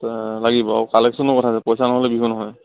লাগিব আৰু কালেকচনৰ কথা আছে পইচা নহ'লে বিহু নহয়